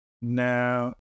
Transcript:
Now